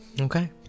okay